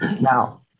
Now